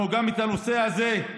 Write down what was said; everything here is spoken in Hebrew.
גם את הנושא הזה,